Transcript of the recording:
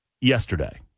yesterday